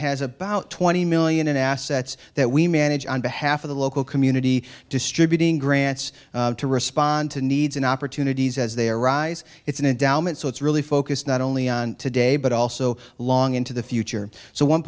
has about twenty million in assets that we manage on behalf of the local community distributing grants to respond to needs and opportunities as they arise it's an endowment so it's really focused not only on today but also long into the future so one